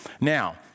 now